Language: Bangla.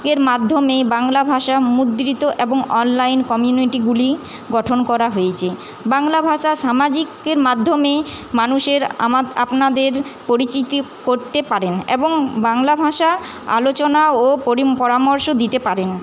এর মাধ্যমে বাংলা ভাষা মুদ্রিত এবং অনলাইন কমিউনিটিগুলা গঠন করা হয়েছে বাংলা ভাষা সামাজিকের মাধ্যমে মানুষের আমা আপনাদের পরিচিতি করতে পারেন এবং বাংলা ভাষা আলোচনা ও পরি পরামর্শ দিতে পারেন